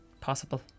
possible